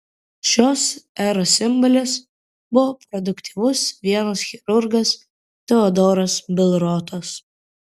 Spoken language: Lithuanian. šios eros simbolis buvo produktyvus vienos chirurgas teodoras bilrotas